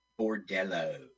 Bordello